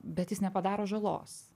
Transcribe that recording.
bet jis nepadaro žalos